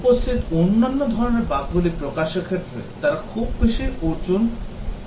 উপস্থিত অন্যান্য ধরণের বাগগুলি প্রকাশের ক্ষেত্রে তারা খুব বেশি অর্জন করতে পারে না